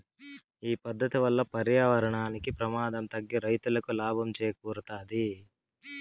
ఈ పద్దతి వల్ల పర్యావరణానికి ప్రమాదం తగ్గి రైతులకి లాభం చేకూరుతాది